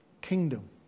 kingdom